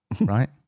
right